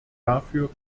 dafür